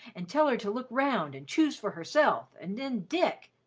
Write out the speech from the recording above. and tell her to look round and choose for herself. and then dick,